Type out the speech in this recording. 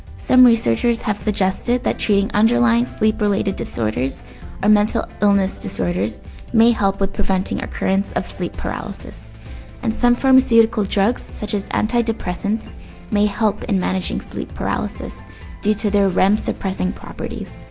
some researchers have suggested that treating underlying sleep related disorders or mental illness disorders may help with preventing occurrence of sleep paralysis and some pharmaceutical drugs such as antidepressants may help in managing sleep paralysis due to their rem suppressing properties.